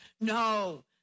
no